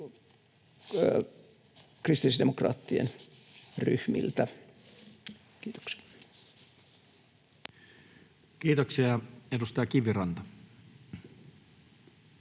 kristillisdemokraattien ryhmiltä. — Kiitoksia. Kiitoksia. — Edustaja Kiviranta.